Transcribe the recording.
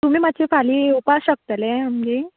तुमी मातशें फाल्यां येवपा शकतले आमगेर